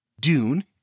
Dune